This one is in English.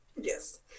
Yes